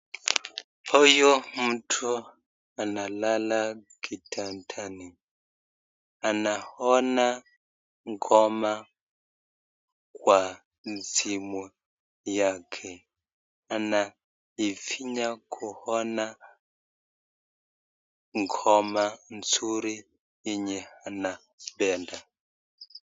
Huyu mtu analala kitandani, anaona ngoma kwa simu yake, anaifinya kuona ngoma nzuri yenye anapenda.